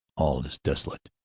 all is desolate.